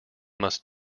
must